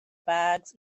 bags